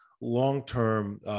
long-term